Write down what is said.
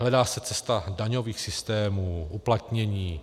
Hledá se cesta daňových systémů, uplatnění.